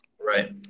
right